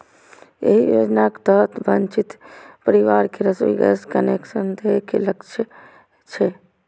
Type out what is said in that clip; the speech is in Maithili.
एहि योजनाक तहत वंचित परिवार कें रसोइ गैस कनेक्शन दए के लक्ष्य छै